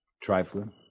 Trifling